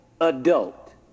adult